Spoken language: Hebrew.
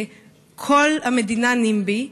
זה כל המדינה NIMBY,